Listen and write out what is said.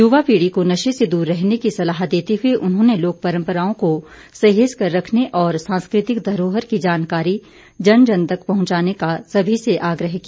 युवा पीढ़ी को नशे से दूर रहने की सलाह देते हुए उन्होंने लोक परम्पराओं को सहेज कर रखने और सांस्कृतिक धरोहर की जानकारी जन जन तक पहुंचाने का सभी से आग्रह किया